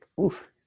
oof